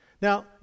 Now